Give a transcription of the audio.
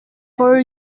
for